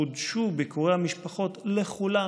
חודשו ביקורי המשפחות לכולם.